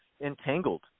entangled